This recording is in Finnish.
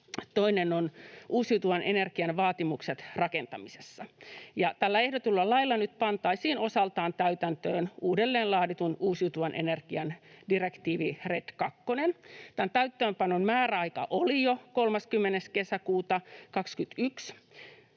toinen on uusiutuvan energian vaatimukset rakentamisessa. Tällä ehdotetulla lailla nyt pantaisiin osaltaan täytäntöön uudelleenlaadittu uusiutuvan energian direktiivi RED kakkonen. Tämän täytäntöönpanon määräaika oli jo 30. kesäkuuta 21,